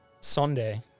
Sunday